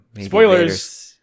Spoilers